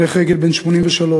הולך רגל בן 83,